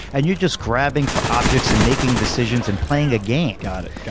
and you're just grabbing for objects and making decisions and playing a game. got it.